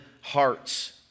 hearts